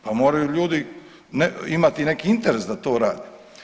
Pa moraju ljudi imati neki interes da to rade.